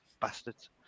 bastards